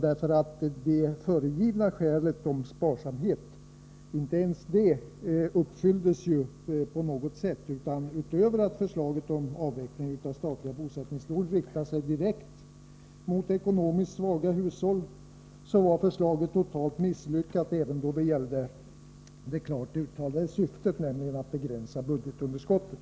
Inte ens kravet på sparsamhet, som föregavs som skäl för att avskaffa lånen, har ju uppfyllts på något sätt. Utöver att förslaget om att avveckla lånen riktade sig direkt mot ekonomiskt svaga hushåll var det totalt misslyckat även då det gällde det klart uttalade syftet, nämligen att begränsa budgetunderskottet.